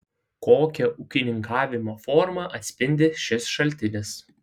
kokią ūkininkavimo formą atspindi šis šaltinis